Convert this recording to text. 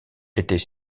était